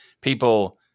people